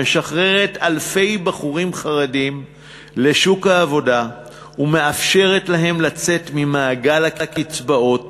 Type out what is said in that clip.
משחררת אלפי בחורים חרדים לשוק העבודה ומאפשרת להם לצאת ממעגל הקצבאות